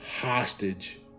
hostage